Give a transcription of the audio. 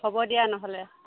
হ'ব দিয়া নহ'লে